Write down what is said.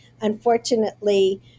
unfortunately